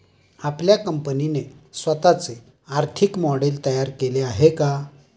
आपल्या कंपनीने स्वतःचे आर्थिक मॉडेल तयार केले आहे का?